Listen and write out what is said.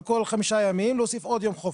על כל חמישה ימים להוסיף עוד יום חופש.